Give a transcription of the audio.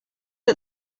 got